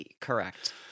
Correct